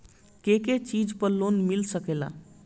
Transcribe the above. के के चीज पर लोन मिल सकेला?